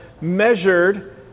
measured